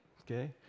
okay